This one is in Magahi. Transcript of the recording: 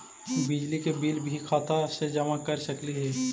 बिजली के बिल भी खाता से जमा कर सकली ही?